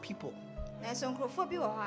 people